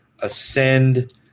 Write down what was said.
ascend